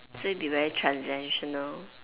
so it will be very transactional